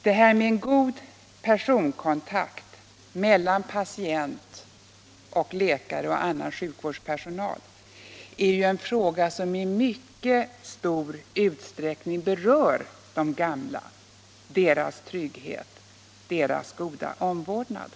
Detta med god personkontakt mellan patient och läkare och annan sjukvårdspersonal är ju en fråga som i mycket stor utsträckning berör de gamla, deras trygghet och deras goda omvårdnad.